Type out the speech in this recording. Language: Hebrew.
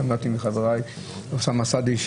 שמעתי מחברי אוסאמה סעדי,